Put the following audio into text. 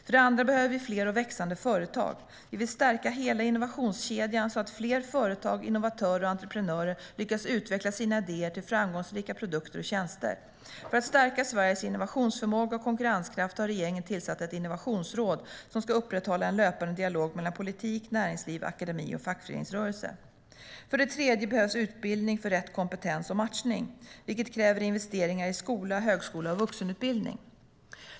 För det andra behöver vi fler och växande företag. Vi vill stärka hela innovationskedjan, så att fler företag, innovatörer och entreprenörer lyckas utveckla sina idéer till framgångsrika produkter och tjänster. För att stärka Sveriges innovationsförmåga och konkurrenskraft har regeringen tillsatt ett innovationsråd som ska upprätthålla en löpande dialog mellan politik, näringsliv, akademi och fackföreningsrörelse. För det tredje behövs utbildning för rätt kompetens och matchning, vilket kräver investeringar i skola, högskola och vuxenutbildning.